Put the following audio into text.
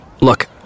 Look